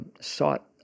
sought